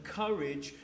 courage